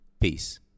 Peace